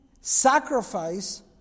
sacrifice